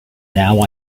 now